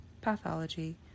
pathology